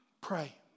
Pray